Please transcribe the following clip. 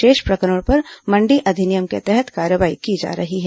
शेष प्रकरणों पर मण्डी अधिनियम के तहत कार्रवाई की जा रही है